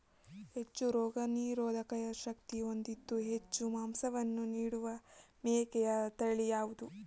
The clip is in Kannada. ಹೆಚ್ಚು ರೋಗನಿರೋಧಕ ಶಕ್ತಿ ಹೊಂದಿದ್ದು ಹೆಚ್ಚು ಮಾಂಸವನ್ನು ನೀಡುವ ಮೇಕೆಯ ತಳಿ ಯಾವುದು?